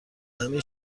همین